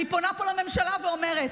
אני פונה פה לממשלה ואומרת,